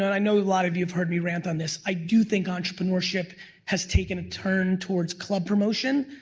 i know a lot of you have heard me rant on this, i do think entrepreneurship has taken a turn towards club promotion,